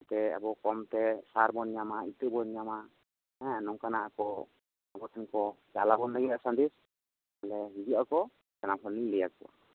ᱡᱟᱛᱮ ᱟᱵᱚ ᱠᱚᱢ ᱛᱮ ᱥᱟᱨ ᱵᱚ ᱧᱟᱢᱟ ᱤᱛᱟᱹᱵᱚ ᱧᱟᱢᱟ ᱦᱮᱸ ᱱᱚᱝᱠᱟᱱᱟᱜ ᱠᱚ ᱟᱵᱚ ᱴᱷᱮᱱ ᱠᱚ ᱪᱟᱞ ᱟᱵᱚᱱ ᱞᱟᱹᱜᱤᱫᱟ ᱥᱟᱸᱫᱮᱥ ᱦᱤᱡᱩᱜ ᱟᱠᱚ ᱥᱟᱱᱟᱢ ᱦᱚᱲᱤᱧ ᱞᱟᱹᱭ ᱟᱠᱚᱭᱟ